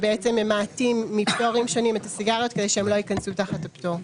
שממעטים מפטורים שונים את הסיגריות כדי שלא ייכנסו תחת הפטור.